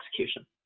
execution